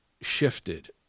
shifted